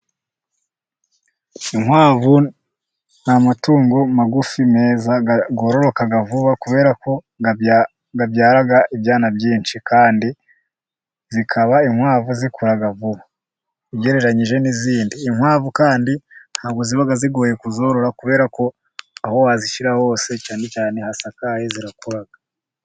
Inkwavu n'amatungo magufi, meza yororoka vuba, kubera ko ababyara ibyana byinshi kandi zikaba inkwavu zikura vuba, ugereranyije n'izindi. Inkwavu kandi ntabwo ziba zigoye kuzorora, kubera ko aho wazishyira hose, cyane cyane hasakaye zirakura.